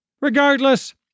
Regardless